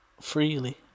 freely